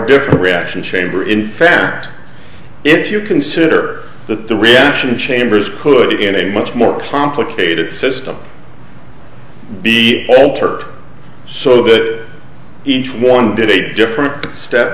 different reaction chamber in fact if you consider that the reaction chambers could in a much more complicated system be altered so that each one did a different step